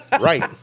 right